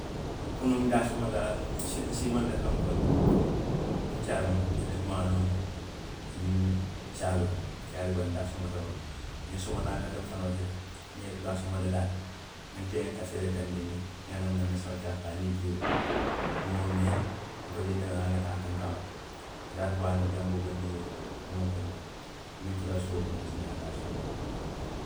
Kunuŋ n daasoomata n sii, n siimanta fonkoo le la, kuccaa lemu, aniŋ maanoo aniŋ caaloo, caali baa n daasoomata wo le la, ñiŋ somondaa kabiriŋ fanoo keta, n ŋa i tu daasooma dadaa le la, nte ŋa kafee le kandindi n ŋa deemuna meseŋo ke a kaŋ aniŋ lio, n ŋa wo miŋ, nko dindiŋolu ye ali ŋa taa kankaŋo to, n ŋa taa tubaa ñi janboo bondi boŋ o niŋ n futata suo kono, n si naa daasaamoo ke